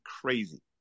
crazy